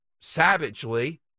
savagely